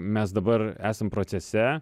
mes dabar esam procese